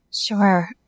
Sure